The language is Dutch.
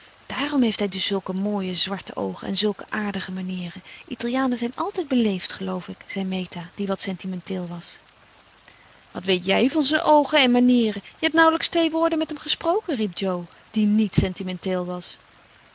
daarom heeft hij dus zulke mooie zwarte oogen en zulke aardige manieren italianen zijn altijd beleefd geloof ik zei meta die wat sentimenteel was wat weet jij van zijn oogen en manieren je hebt nauwelijks twee woorden met hem gesproken riep jo die niet sentimenteel was